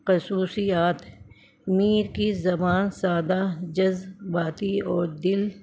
خصوصیات میر کی زبان سادہ جذباتی اور دل